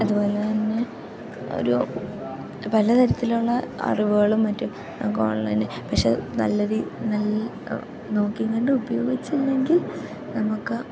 അതുപോലെ തന്നെ ഒരു പല തരത്തിലുള്ള അറിവുകളും മറ്റും നമുക്ക് ഓൺലൈന് പക്ഷേ നല്ല നോക്കിയും കണ്ട് ഉപയോഗിച്ചില്ലെങ്കിൽ നമുക്ക്